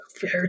fair